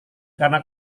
karena